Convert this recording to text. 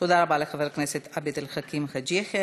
תודה רבה לחבר הכנסת עבד אל חכים חאג' יחיא.